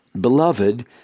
beloved